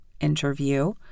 interview